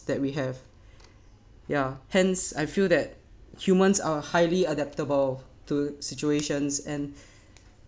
that we have ya hence I feel that humans are highly adaptable to situations and